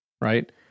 Right